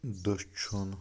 دٔچُھن